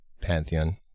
pantheon